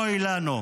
אוי לנו.